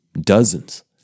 dozens